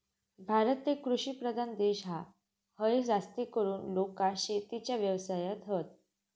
भारत एक कृषि प्रधान देश हा, हय जास्तीकरून लोका शेतीच्या व्यवसायात हत